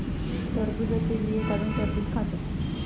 टरबुजाचे बिये काढुन टरबुज खातत